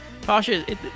Tasha